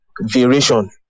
variation